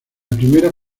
primera